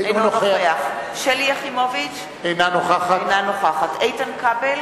אינו נוכח שלי יחימוביץ, אינה נוכחת איתן כבל,